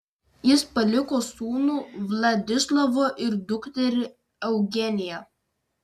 jis paliko sūnų vladislovą ir dukterį eugeniją